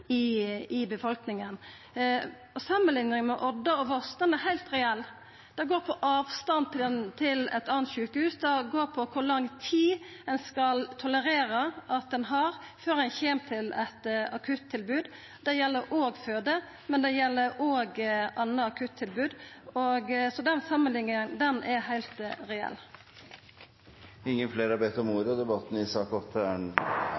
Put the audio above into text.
fleire i befolkninga. Samanlikninga med Voss og Odda er heilt reell. Det går på avstanden til eit anna sjukehus, det går på kor lang tid ein skal tolerera at ein har før ein kjem til eit akuttilbod. Det gjeld fødeavdeling, men det gjeld òg andre akuttilbod. Så den samanlikninga er heilt reell. Flere har ikke bedt om